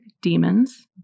demons